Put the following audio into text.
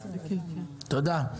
תודה.